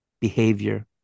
behavior